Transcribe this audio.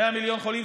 100 מיליון חולים,